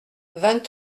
vingt